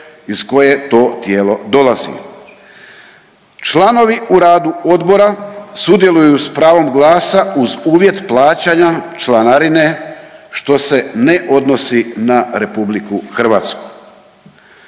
iz koje to tijelo dolazi. Članovi u radu odbora sudjeluju s pravom glasa uz uvjet plaćanja članarine što se ne odnosi na Republiku Hrvatsku.